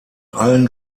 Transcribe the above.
allen